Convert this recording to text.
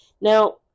now